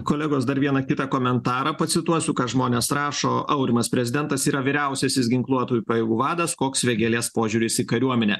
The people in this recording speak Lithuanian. kolegos dar vieną kitą komentarą pacituosiu ką žmonės rašo aurimas prezidentas yra vyriausiasis ginkluotųjų pajėgų vadas koks vėgėlės požiūris į kariuomenę